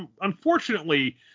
unfortunately